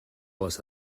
les